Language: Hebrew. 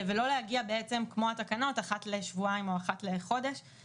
ולא להגיע כמו התקנות אחת לשבועיים או אחת לחודש.